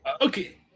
Okay